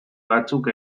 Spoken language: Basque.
batzuk